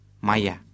maya